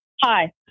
Hi